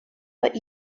but